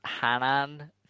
Hanan